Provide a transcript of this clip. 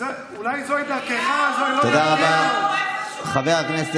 תודה רבה לחבר הכנסת